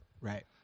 Right